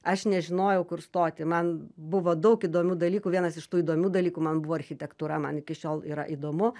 aš nežinojau kur stoti man buvo daug įdomių dalykų vienas iš tų įdomių dalykų man buvo architektūra man iki šiol yra įdomu